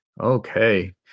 Okay